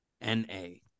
N-A